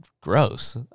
gross